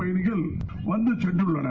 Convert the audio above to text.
பயணிகள் வந்துசென்றுள்ளனர்